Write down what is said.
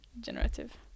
generative